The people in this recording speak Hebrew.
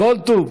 כל טוב.